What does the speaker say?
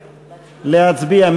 להצביע.